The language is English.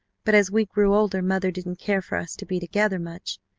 but as we grew older mother didn't care for us to be together much.